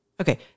Okay